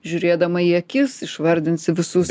žiūrėdama į akis išvardinsi visus